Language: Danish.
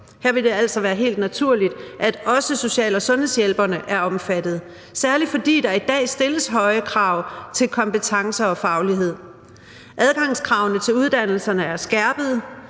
Her vil det altså være helt naturligt, at også social- og sundhedshjælperne er omfattet, særlig fordi der i dag stilles høje krav til kompetencer og faglighed. Adgangskravene til uddannelserne er skærpede,